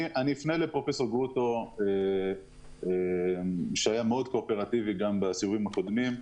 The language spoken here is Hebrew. אני אפנה לפרופסור גרוטו שהיה מאוד קואופרטיבי גם בסיבובים הקודמים.